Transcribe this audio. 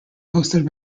hosted